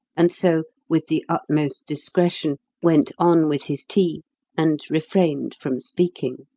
and so, with the utmost discretion, went on with his tea and refrained from speaking.